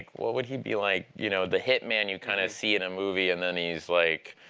what would he be like you know, the hit man you kind of see in a movie, and then he's, like,